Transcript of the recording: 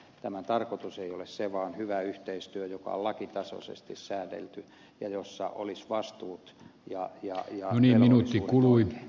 tämän tarkoitus ei ole se vaan hyvä yhteistyö joka on lakitasoisesti säädelty ja jossa olisi vastuut ja velvollisuudet oikein